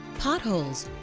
potholes,